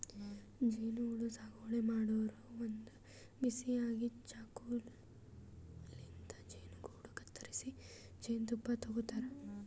ಜೇನಹುಳ ಸಾಗುವಳಿ ಮಾಡೋರು ಒಂದ್ ಬಿಸಿ ಆಗಿದ್ದ್ ಚಾಕುಲಿಂತ್ ಜೇನುಗೂಡು ಕತ್ತರಿಸಿ ಜೇನ್ತುಪ್ಪ ತಕ್ಕೋತಾರ್